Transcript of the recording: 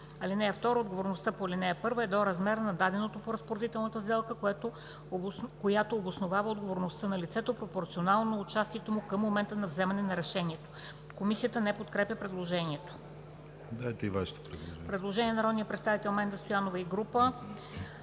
решение. (2) Отговорността по ал. 1 е до размера на даденото по разпоредителната сделка, която обосновава отговорността на лицето, пропорционално на участието му към момента на вземане на решението.“ Комисията не подкрепя предложението. Предложение на народния представител Менда Стоянова и група